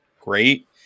great